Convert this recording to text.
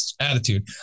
attitude